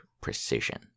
precision